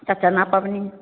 तऽ चना पबनी